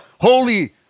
holy